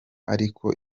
ariko